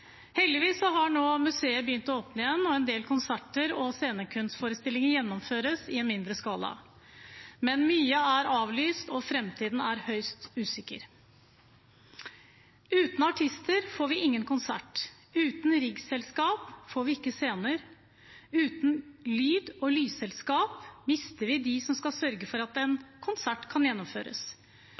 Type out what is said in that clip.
Heldigvis har nå museer begynt å åpne igjen, og en del konserter og scenekunstforestillinger gjennomføres i mindre skala, men mye er avlyst, og framtiden er høyst usikker. Uten artister får vi ingen konsert, uten riggselskap får vi ikke scener, uten lyd- og lysselskap mister vi dem som skal sørge for at en konsert kan gjennomføres.